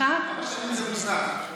כמה שנים זה מוזנח?